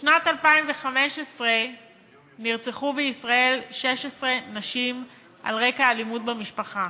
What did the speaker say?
בשנת 2015 נרצחו בישראל 16 נשים על רקע אלימות במשפחה.